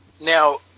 Now